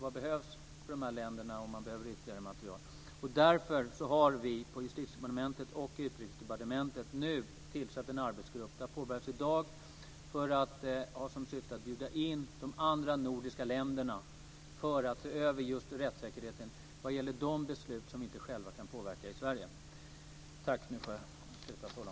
Vad behövs från de här länderna om det krävs ytterligare material? Därför har vi på Justitiedepartementet och Utrikesdepartementet nu tillsatt en arbetsgrupp - arbetet påbörjas i dag - som har till syfte att bjuda in de andra nordiska länderna för att se över just rättssäkerheten vad gäller de beslut som vi inte själva kan påverka i Sverige.